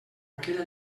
aquella